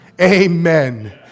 Amen